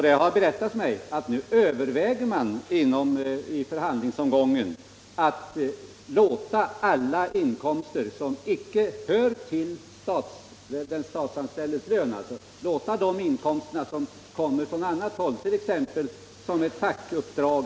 Det har berättats mig att man inför förhandlingsomgången överväger att undvika samordning av inkomster som inte hör till den statsanställdes lön utan kommer från annat håll, t.ex. från ett fackligt uppdrag.